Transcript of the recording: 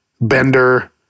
Bender